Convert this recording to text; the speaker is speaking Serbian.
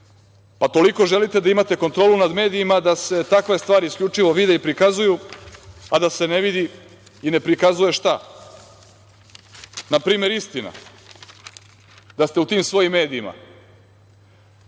toga. Toliko želite da imate kontrolu nad medijima da se takve stvari isključivo vide i prikazuju, a da se ne vidi i ne prikazuje šta? Na primer, istina. Da ste u tim svojim medijima